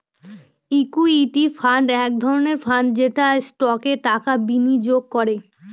equity fund এক ধরনের fund যেটা স্টকে টাকা বিনিয়োগ করে